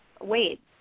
wait